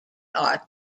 are